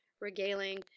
regaling